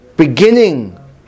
beginning